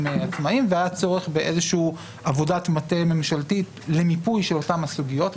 עצמאיים והיה צורך בעבודת מטה ממשלתית למיפוי אותן הסוגיות.